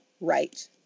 right